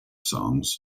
songs